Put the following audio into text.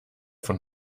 von